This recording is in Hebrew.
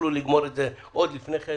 זה עוד קודם את הסוגיה הזאת.